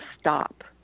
stop